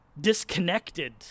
disconnected